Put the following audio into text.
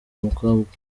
mukobwa